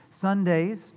Sundays